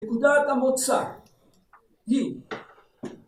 נקודת המוצא היא